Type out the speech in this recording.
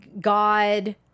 God